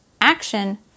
action